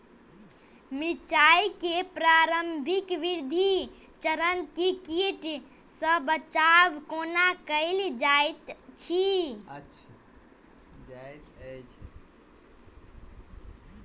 मिर्चाय केँ प्रारंभिक वृद्धि चरण मे कीट सँ बचाब कोना कैल जाइत अछि?